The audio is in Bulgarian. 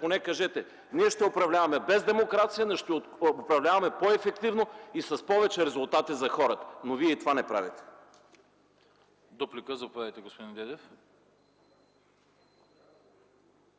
поне кажете: „Ние ще управляваме без демокрация, но ще управляваме по-ефективно и с повече резултати за хората”. Но вие и това не правите.